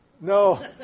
No